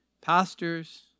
pastors